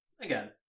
again